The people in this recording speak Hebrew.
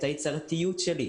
את היצירתיות שלי.